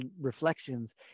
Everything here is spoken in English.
reflections